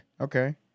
Okay